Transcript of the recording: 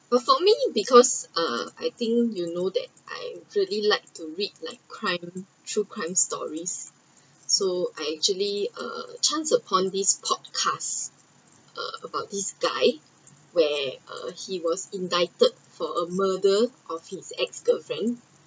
but for me because uh I think you know that I really like to read like crime true crime stories so I actually err chance upon this podcast err about this guy where err he was indicted for a murder of his ex girlfriend